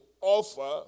offer